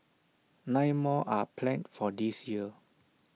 nine more are planned for this year